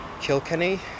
Kilkenny